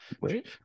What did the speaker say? wait